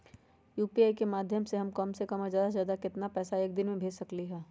UPI के माध्यम से हम कम से कम और ज्यादा से ज्यादा केतना पैसा एक दिन में भेज सकलियै ह?